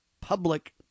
public